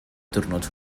diwrnod